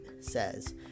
says